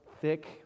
thick